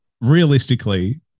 realistically